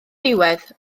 diwedd